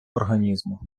організму